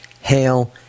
hail